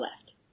left